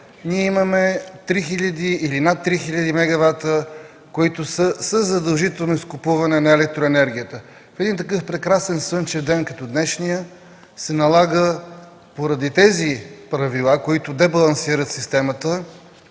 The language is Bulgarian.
ние имаме три хиляди или над три хиляди мегавата, които са със задължително изкупуване на електроенергията. В един такъв прекрасен слънчев ден, като днешния, се налага поради тези правила, които дебалансират системата,